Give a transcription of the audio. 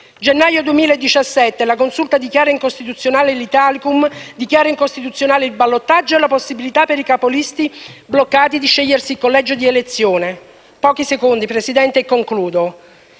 Gennaio 2017: la Consulta dichiara incostituzionale l'Italicum, dichiara incostituzionale il ballottaggio e la possibilità per i capilista bloccati di scegliersi il collegio di elezione. In pochi minuti ho elencato solo